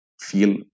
feel